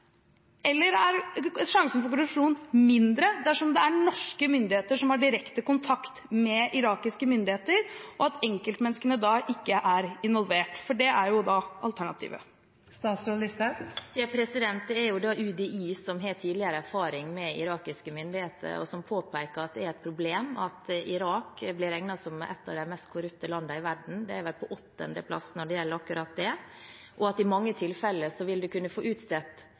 eller er sjansen for korrupsjon mindre dersom norske myndigheter har direkte kontakt med irakiske myndigheter og enkeltmenneskene ikke er involvert? Det er jo alternativet. Det er UDI som har tidligere erfaring med irakiske myndigheter, og som påpeker at det er et problem at Irak blir regnet som et av de mest korrupte landene i verden. De er vel på 8.-plass når det gjelder akkurat det. I mange tilfeller vil en kunne få utstedt